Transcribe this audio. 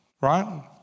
Right